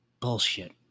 Bullshit